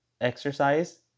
exercise